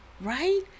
right